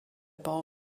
bau